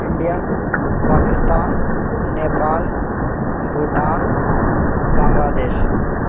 India Pakistan Nepal Bhutan Bangladesh